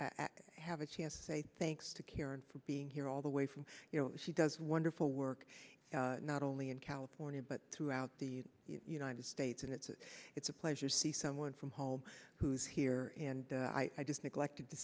didn't have a chance to say thanks to karen for being here all the way from you know she does wonderful work not only in california but throughout the united states and it's it's a pleasure to see someone from home who's here and i just neglected to